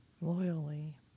loyally